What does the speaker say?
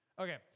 Okay